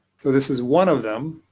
so this is one of them.